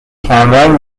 کمرنگ